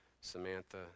Samantha